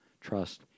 trust